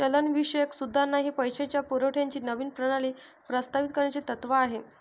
चलनविषयक सुधारणा हे पैशाच्या पुरवठ्याची नवीन प्रणाली प्रस्तावित करण्याचे तत्त्व आहे